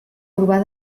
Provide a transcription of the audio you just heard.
provar